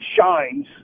shines